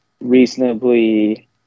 reasonably